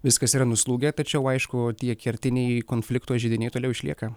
viskas yra nuslūgę tačiau aišku tie kertiniai konflikto židiniai toliau išlieka